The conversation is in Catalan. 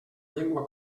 llengua